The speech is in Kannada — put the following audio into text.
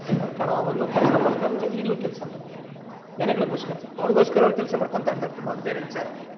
ಸರ್ಕಾರ ಆವಾಗಲೂ ಕೆಲಸ ಮಾಡ್ತಾ ಇರಲಿಲ್ಲ ಈಗಲೂ ಕೆಲಸ ಮಾಡ್ತಾ ಇಲ್ಲ ಜನಗಳಿಗೋಸ್ಕರ ಅವ್ರಿಗೋಸ್ಕರ ಅವ್ರು ಕೆಲಸ ಮಾಡ್ಕೊಳ್ತಾ ಇರ್ತಾರೆ ತುಂಬ ಅದು ಬೇರೆ ವಿಚಾರ